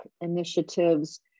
initiatives